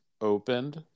opened